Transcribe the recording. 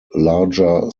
larger